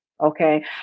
Okay